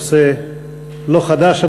נושא לא חדש,